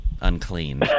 unclean